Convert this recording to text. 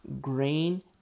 Grain